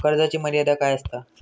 कर्जाची मर्यादा काय असता?